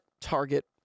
Target